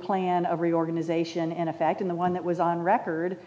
plan of reorganization in effect in the one that was on record